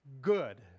good